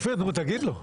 אופיר, תגיד לו.